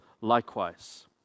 likewise